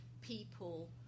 people